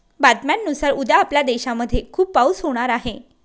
बातम्यांनुसार उद्या आपल्या देशामध्ये खूप पाऊस होणार आहे